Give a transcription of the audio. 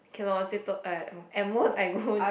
cannot ah at most I go